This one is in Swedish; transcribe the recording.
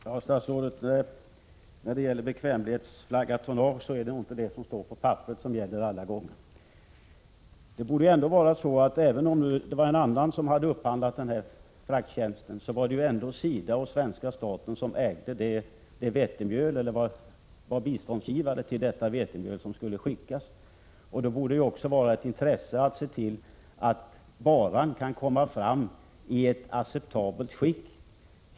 Herr talman! När det gäller bekvämlighetsflaggat tonnage är det inte alla gånger det som står på papperet som följs. Även om det var en annan som hade upphandlat frakttjänsten, var det SIDA och svenska staten som var biståndsgivare för det vetemjöl som skulle skickas. Det borde vara ett intresse att se till att varan kan komma fram i ett acceptabelt skick.